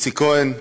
איציק כהן,